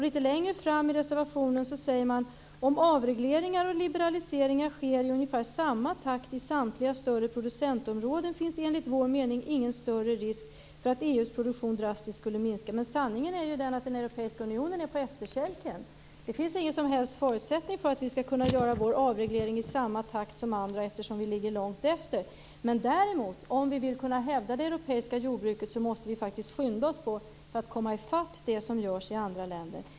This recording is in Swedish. Litet längre fram i reservationen säger man: "Om avregleringar och liberaliseringar sker i ungefär samma takt i samtliga större producentområden finns enligt vår mening ingen större risk för att EU:s produktion drastiskt skulle minska." Men sanningen är ju den att den europeiska unionen är på efterkälken. Det finns ingen som helst förutsättning för att vi skall kunna göra vår avreglering i samma takt som andra eftersom vi ligger långt efter. Men om vi vill kunna hävda det europeiska jordbruket måste vi faktiskt skynda oss på för att komma ifatt andra länder.